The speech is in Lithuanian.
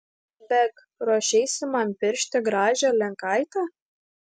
beg ruošiesi man piršti gražią lenkaitę